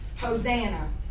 Hosanna